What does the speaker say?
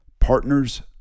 Partners